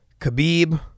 Khabib